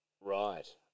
Right